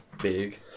big